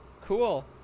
cool